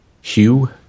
Hugh